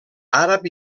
àrab